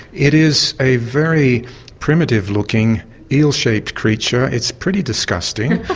it is a very primitive-looking eel-shaped creature. it's pretty disgusting.